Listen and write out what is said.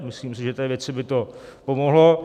Myslím, že té věci by to pomohlo.